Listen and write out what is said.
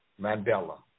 Mandela